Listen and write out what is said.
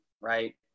right